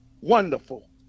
wonderful